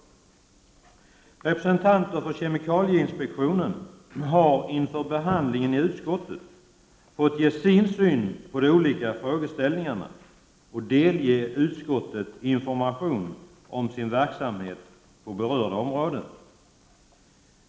Representanter för kemikalieinspektionen har inför behandlingen i utskottet fått ge sin syn på de olika frågeställningarna och delge utskottet information om sin verksamhet på berörda områden.